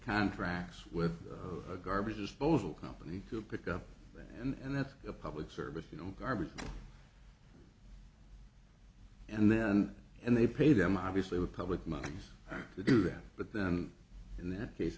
contracts with a garbage disposal company to pick up and that's a public service you know garbage and then and they pay them obviously with public monies to do that but then in that case